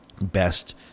best